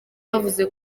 bavuze